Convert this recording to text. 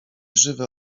żywe